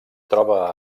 troba